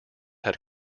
had